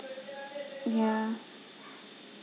ya